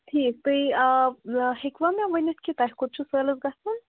ٹھیٖک تُہۍ ہٮ۪کوا مےٚ ؤنِتھ کہِ تۄہہِ کوٚت چھُو سٲلَس گژھُن